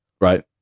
Right